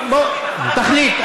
תחליט.